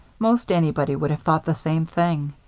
most anybody would have thought the same thing.